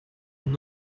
need